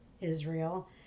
Israel